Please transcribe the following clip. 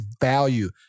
value